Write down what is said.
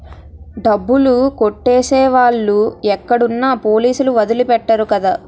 డబ్బులు కొట్టేసే వాళ్ళు ఎక్కడున్నా పోలీసులు వదిలి పెట్టరు కదా